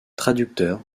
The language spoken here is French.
traducteur